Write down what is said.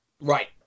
Right